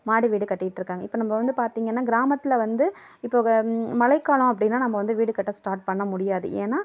மாடி வீடு கட்டிட்டிருக்காங்க இப்போ நம்ப வந்து பார்த்திங்கன்னா கிராமத்தில் வந்து இப்போ மழைக் காலம் அப்படின்னா நம்ம வந்து வீடு கட்ட ஸ்டார்ட் பண்ண முடியாது ஏன்னால்